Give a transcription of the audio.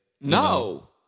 No